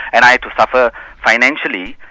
and i had to suffer financially,